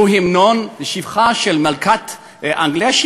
שהוא המנון לשבחה של מלכת אנגליה,